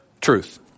truth